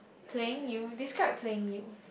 playing you describe playing you